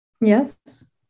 Yes